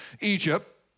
Egypt